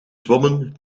zwommen